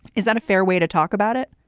is that a fair way to talk about it?